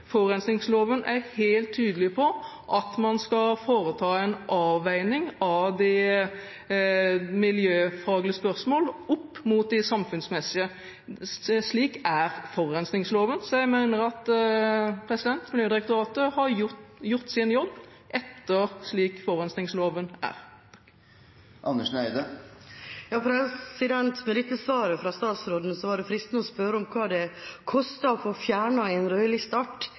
Forurensningsloven er helt tydelig på at man skal foreta en avveining av de miljøfaglige spørsmålene opp mot de samfunnsmessige. Slik er forurensningsloven, så jeg mener at Miljødirektoratet har gjort sin jobb ifølge forurensningsloven. Med dette svaret fra statsråden kunne det være fristende å spørre hva det koster i skatteinntekter og arbeidsplasser å få fjernet en